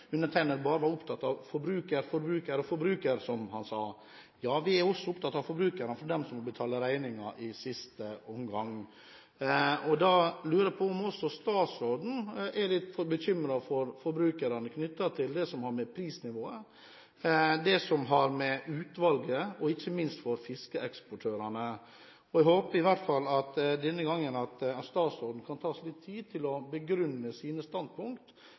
undertegnede bare var opptatt av forbruker, forbruker og forbruker, som han sa. Ja, vi er også opptatt av forbrukerne, for det er de som må betale regningen i siste omgang. Da lurer jeg på om også statsråden er litt bekymret for forbrukerne knyttet til det som har med prisnivået og utvalget å gjøre, og ikke minst for fiskeeksportørene. Jeg håper i hvert fall at statsråden denne gangen kan ta seg litt tid til å begrunne sine standpunkt,